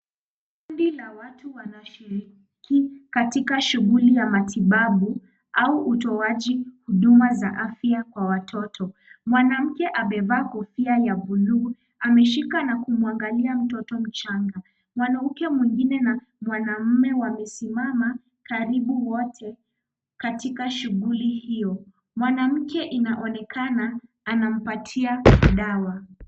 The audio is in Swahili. Kundi la watu wanashiriki katika shughuli ya matibabu au utoaji huduma za afya kwa watoto. Mwanamke amevaa kofia ya bluu ameshika na kumwangalia mtoto mchanga. Mwanamke mwingine na mwanaume wamesimama karibu wote katika shughuli hiyo. Mwanamke inaonekana anampatia dawa.